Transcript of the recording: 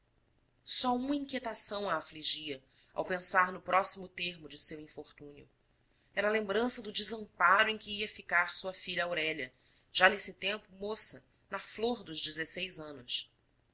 só uma inquietação a afligia ao pensar no próximo termo de seu infortúnio era a lembrança do desamparo em que ia ficar sua filha aurélia já nesse tempo moça na flor dos dezesseis anos